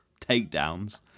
takedowns